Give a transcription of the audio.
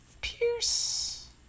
pierce